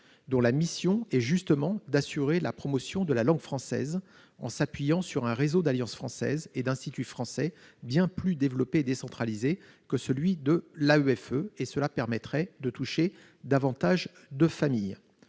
dont la mission est justement d'assurer la promotion de la langue française en s'appuyant sur un réseau d'alliances françaises et d'instituts bien plus développé et décentralisé que celui de l'AEFE, ce qui permettrait de toucher davantage de familles.